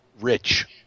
rich